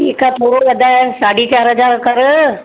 ठीकु आहे थोरो वधाइ साढी चारि हज़ार कर